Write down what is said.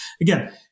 again